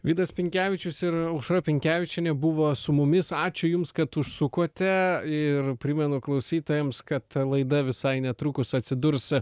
vidas pinkevičius ir aušra pinkevičienė buvo su mumis ačiū jums kad užsukote ir primenu klausytojams kad a laida visai netrukus atsidurs